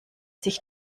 sich